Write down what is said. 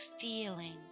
feeling